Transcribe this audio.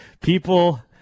People